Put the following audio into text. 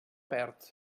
perd